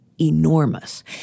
enormous